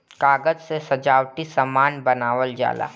कागज से सजावटी सामान बनावल जाला